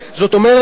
זאת אומרת,